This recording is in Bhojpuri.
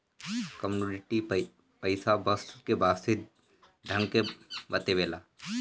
कमोडिटी पईसा वस्तु के वास्तविक धन के बतावेला